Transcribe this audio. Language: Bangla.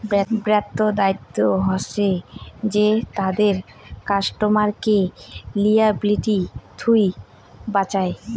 ব্যাঙ্ক্ত দায়িত্ব হসে যে তাদের কাস্টমারকে লিয়াবিলিটি থুই বাঁচায়